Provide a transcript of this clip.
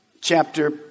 chapter